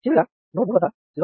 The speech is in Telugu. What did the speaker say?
చివరగా నోడ్ 3 వద్ద "0